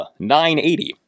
980